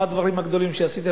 מה הדברים הגדולים שעשית,